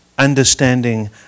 understanding